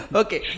okay